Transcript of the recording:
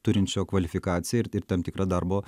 turinčio kvalifikaciją ir ir tam tikrą darbo